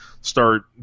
start